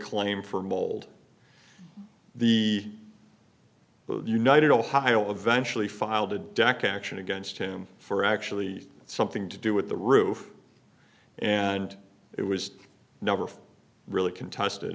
claim for mold the united ohio eventually filed a dec action against him for actually something to do with the roof and it was never really contested